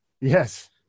yes